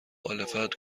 مخالفت